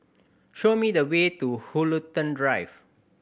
show me the way to Woollerton Drive